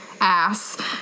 ass